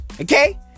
Okay